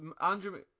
Andrew